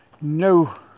no